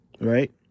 Right